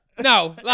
No